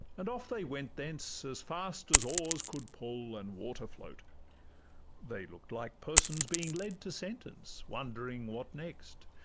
and off they went thence as fast as oars could pull and water float they look'd like persons being led to sentence, wondering what next,